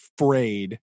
afraid